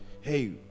hey